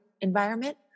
environment